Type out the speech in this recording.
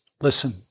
Listen